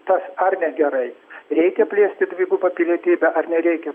tas ar negerai reikia plėsti dvigubą pilietybę ar nereikia